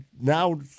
now